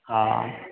हा